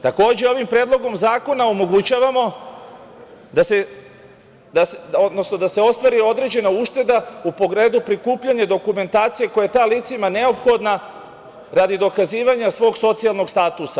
Takođe, ovim Predlogom zakona omogućavamo da se ostvari određena ušteda u pogledu prikupljanja dokumentacija koja je licima neophodna radi dokazivanja svog socijalnog statusa.